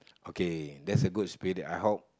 okay that's a good spirit I hope